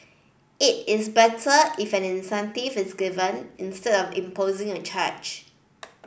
it is better if an incentive is given instead of imposing a charge